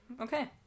Okay